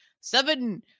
seven